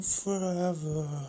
forever